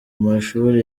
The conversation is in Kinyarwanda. mashuri